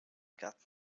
gatten